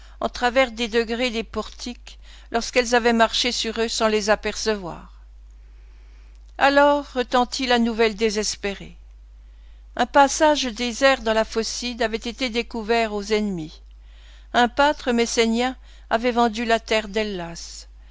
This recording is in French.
en travers des degrés des portiques lorsqu'elles avaient marché sur eux sans les apercevoir alors retentit la nouvelle désespérée un passage désert dans la phocide avait été découvert aux ennemis un pâtre messénien avait vendu la terre d'hellas